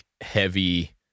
heavy